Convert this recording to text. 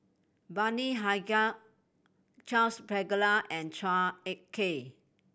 Bani Haykal Charles Paglar and Chua Ek Kay